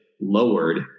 lowered